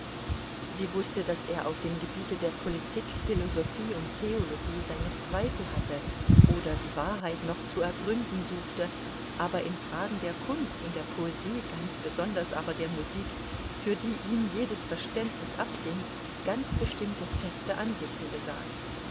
sie wußte daß er auf dem gebiete der politik philosophie und theologie seine zweifel hatte oder die wahrheit noch zu ergründen suchte aber in fragen der kunst und der poesie ganz besonders aber der musik für die ihm jedes verständnis abging ganz bestimmte feste ansichten besaß